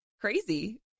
crazy